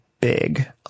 big